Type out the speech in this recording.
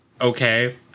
okay